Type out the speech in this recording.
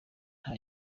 nta